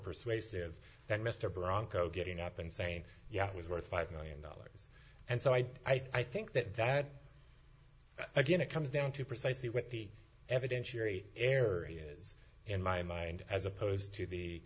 persuasive than mr bronco getting up and saying yeah it was worth five million dollars and so i i think that that again it comes down to precisely what the evidentiary areas in my mind as opposed to the